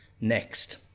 Next